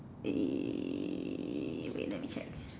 eh wait let me check